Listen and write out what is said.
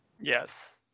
Yes